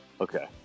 Okay